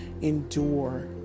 endure